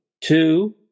Two